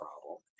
problem